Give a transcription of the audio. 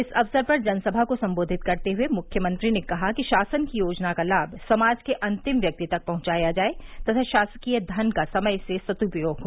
इस अवसर पर जनसभा को सम्बोधित करते हुए मुख्यमंत्री ने कहा कि शासन की योजना का लाभ समाज के अंतिम व्यक्ति तक पहुंचाया जाये तथा शासकीय धन का समय से सद्पयोग हो